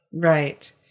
Right